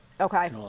Okay